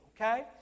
okay